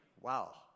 Wow